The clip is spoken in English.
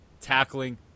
Tackling